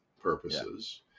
purposes